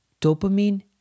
dopamine